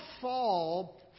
fall